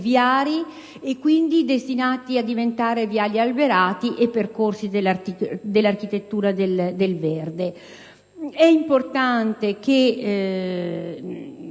viari e, quindi, destinati a divenire viali alberati e percorsi dell'architettura del verde. Voglio ricordare che